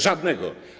Żadnego.